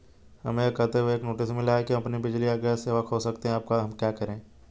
हमें यह कहते हुए एक नोटिस मिला कि हम अपनी बिजली या गैस सेवा खो सकते हैं अब हम क्या करें?